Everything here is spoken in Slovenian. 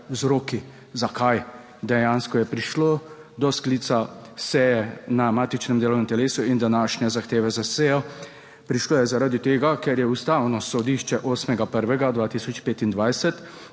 vzroki zakaj dejansko je prišlo do sklica seje na matičnem delovnem telesu in današnje zahteve za sejo. Prišlo je zaradi tega, ker je Ustavno sodišče 8. 1. 2025